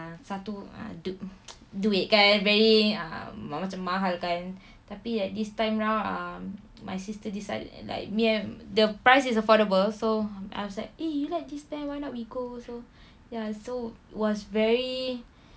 ah satu duit kan very ah macam mahal kan tapi like this time round um my sister decided like me and the price is affordable so I was like eh you like this band why not we go also ya so was very